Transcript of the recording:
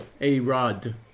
A-Rod